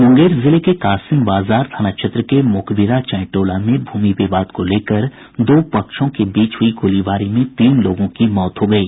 मूंगेर जिले के कासिम बाजार थाना क्षेत्र के मोकबिरा चांय टोला में भूमि विवाद को लेकर दो पक्षों के बीच हुई गोलीबारी में तीन लोगों की मौत हो गयी